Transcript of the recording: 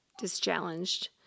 dischallenged